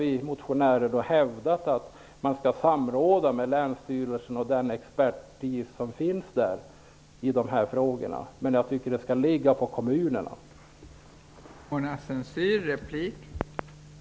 Vi motionärer har hävdat att det skall ske samråd med expertisen hos länsstyrelsen. Men det är kommunens ansvar.